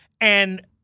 and-